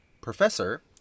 professor